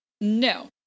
No